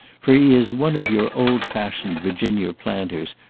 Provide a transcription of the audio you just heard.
for he is one of your old-fashioned virginia planters,